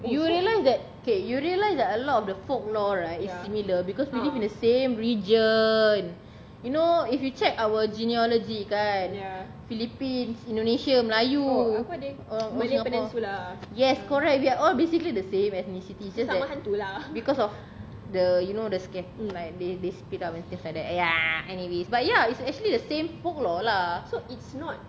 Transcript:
you will realise that okay you realise that a lot of the folklore right it's similar because we live in the same region you know if you check our genealogy kan philippines indonesia melayu orang orang singapore yes correct we are all basically the same ethnicities just that because of the you know the like they they split up and things like that !aiya! anyways but ya it's actually the same folklore lah